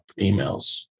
emails